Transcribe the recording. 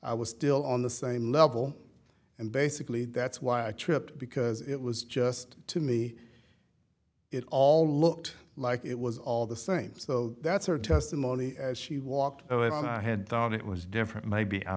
i was still on the same level and basically that's why i tripped because it was just to me it all looked like it was all the same so that's her testimony as she walked over it and i had thought it was different maybe i